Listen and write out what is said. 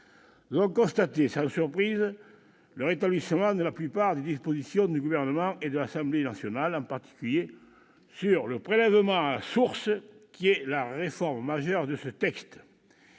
nous avons constaté, sans surprise, le rétablissement de la plupart des dispositions du Gouvernement et de l'Assemblée nationale, en particulier sur le prélèvement à la source, qui est la réforme majeure de ce texte.